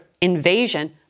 invasion